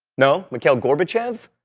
no? mikhail gorbachev?